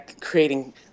creating